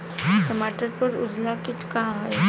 टमाटर पर उजला किट का है?